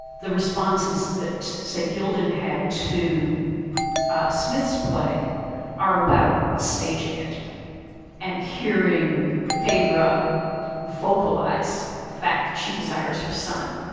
the responses that say gildon had to smith's play are about staging it and hearing phaedra vocalize the fact that she desires her son